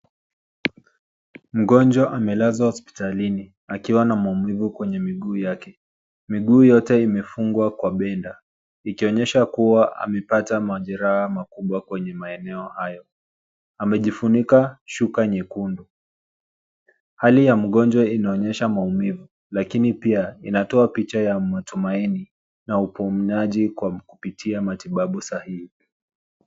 Mgonjwa amelazwa hospitalini akiwa na maumivu kwenye miguu yake. Miguu yote imefungwa kwa bendeji ikionyesha kuwa amepata majeraha makubwa kwenye maeneo hayo. Amejifunika shuka nyekundu. Hali ya mgonjwa inaonyesha maumivu lakini pia inatoa picha ya matumaini na uponyaji kupitia matibabu sahihi.